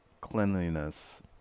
cleanliness